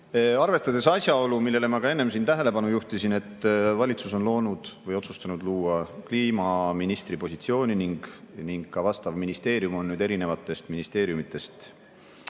Arvestades asjaolu, millele ma enne tähelepanu juhtisin, et valitsus on loonud või otsustanud luua kliimaministri positsiooni ning ka vastav ministeerium on erinevatest ministeeriumitest